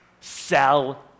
sell